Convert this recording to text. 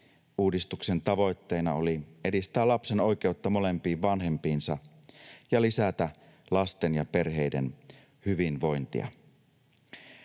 Uudistuksen tavoitteena oli edistää lapsen oikeutta molempiin vanhempiinsa ja lisätä lasten ja perheiden hyvinvointia.